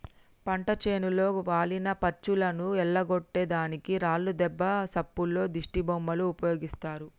పంట చేనులో వాలిన పచ్చులను ఎల్లగొట్టే దానికి రాళ్లు దెబ్బ సప్పుల్లో దిష్టిబొమ్మలు ఉపయోగిస్తారు